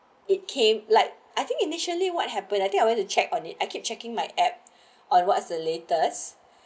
it came like I think initially what happened I think I went to check on it I keep checking my app on what's the latest